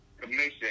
commission